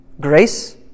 Grace